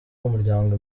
w’umuryango